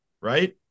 Right